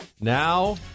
Now